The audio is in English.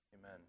Amen